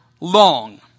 long